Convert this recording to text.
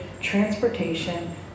transportation